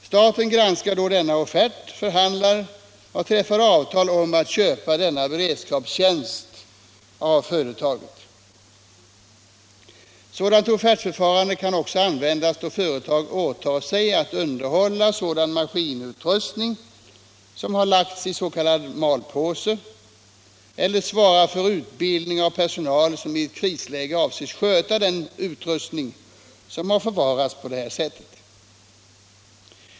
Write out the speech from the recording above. Staten granskar då denna offert, förhandlar och träffar avtal om att köpa denna beredskapstjänst av företaget. Sådant offertförfarande kan också användas då företag åtar sig att underhålla sådan maskinutrustning som lagts i malpåse eller svara för utbildning av personal som i ett krisläge avses sköta den utrustning som har förvarats på detta sätt.